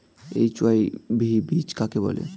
HYV বীজ কাকে বলে?